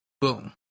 Boom